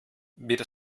bitte